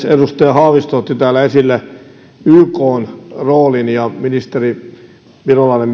edustaja haavisto otti täällä esille ykn roolin ja ministeri virolainen